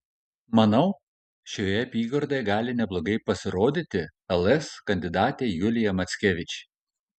manau šioje apygardoje gali neblogai pasirodyti ls kandidatė julija mackevič